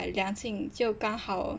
量静就刚好